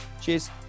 cheers